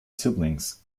siblings